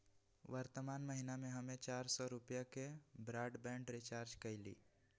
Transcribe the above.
वर्तमान महीना में हम्मे चार सौ रुपया के ब्राडबैंड रीचार्ज कईली